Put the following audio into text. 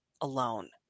alone